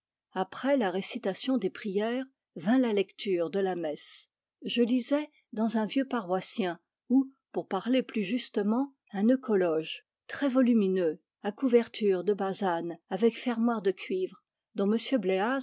après la récitation des prières vint la lecture de la messe je lisais dans un vieux paroissien ou pour parler plus justement un eucologe très volumineux à couverture de basane avec fermoir de cuivre dont m bléaz